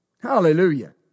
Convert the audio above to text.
Hallelujah